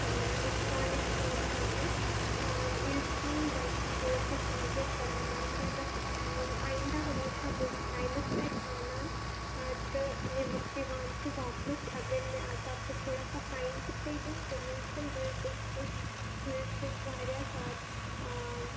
آں یُس knowledge gain کَرنُک آں یہِ حظ چھِ میٲنۍ غَلطی بہٕ حظ چھس معازرت کَران میم بہٕ حظ آسہٕ آں آیِندہ ہمیشہ بُکس ٹایِمَس پٮ۪ٹھ اَنان تہٕ نوان تہٕ دِوان تہِ واپَس اگر مےٚ اَتھ باپَتھ تھوڑا سا فایِن تہِ پیٚیہِ دِیٚون کینٛہہ نَہ حظ چھُنہِ بہٕ حظ دِمہٕ سُتہِ بہٕ حظ چھس واریاہ زیادٕ آں